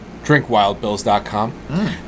Drinkwildbills.com